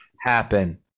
happen